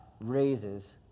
raises